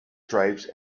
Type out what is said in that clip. stripes